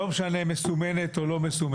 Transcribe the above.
לא משנה אם מסומנת או לא מסומנת,